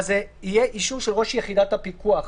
יהיה אישור של ראש יחידת הפיקוח.